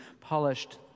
polished